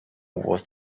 was